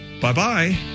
Bye-bye